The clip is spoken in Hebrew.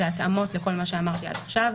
זה התאמות לכל מה שאמרתי עד עכשיו.